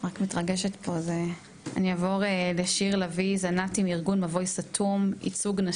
רק השבוע שמענו על עוד ניסיון לייצר הפרדה מגדרית באתרי טבע,